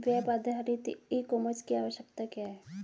Web आधारित e commerce की आवश्यकता क्या है?